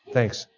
Thanks